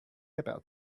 about